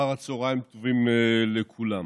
אחר צוהריים טובים לכולם.